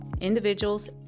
individuals